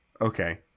Okay